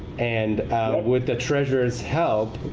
and with the treasurer's help,